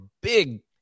big